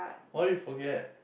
why you forget